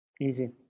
easy